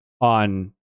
on